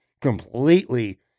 completely